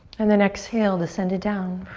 and then exhale to send it down.